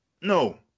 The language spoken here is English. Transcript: no